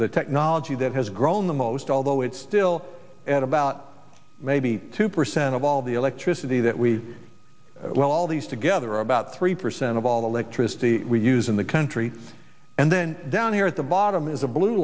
the technology that has grown the most although it's still at about maybe two percent of all the electricity that we well all these together about three percent of all the electricity we use in the country and then down here at the bottom is a blue